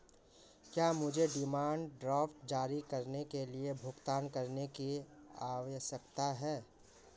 क्या मुझे demand draft जारी करने के लिए भुगतान करने की आवश्यकता है?